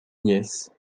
nièce